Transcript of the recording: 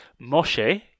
Moshe